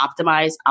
optimize